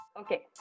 Okay